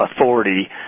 authority